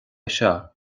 seo